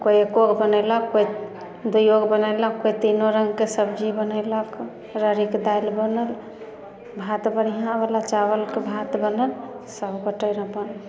कोइ एक्कोगो बनयलक कोइ दुइयो गो बनयलक कोइ तीनो रंगके सब्जी बनयलक राहड़िके दालि बनल भात बढ़िऑं बाला चावलके भात बनल सब गोटे अपन